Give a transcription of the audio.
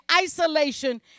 isolation